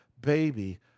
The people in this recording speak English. baby